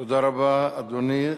תודה רבה, אדוני.